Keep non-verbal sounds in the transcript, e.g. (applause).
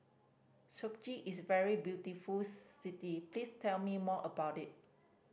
(unintelligible) is a very beautiful city please tell me more about it